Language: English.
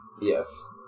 Yes